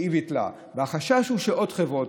ביטלה, והחשש הוא שעוד חברות.